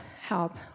help